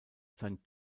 sein